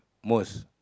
most